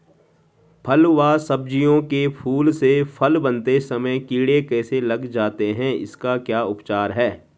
फ़ल व सब्जियों के फूल से फल बनते समय कीड़े कैसे लग जाते हैं इसका क्या उपचार है?